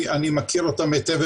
אני מכיר אותם היטב,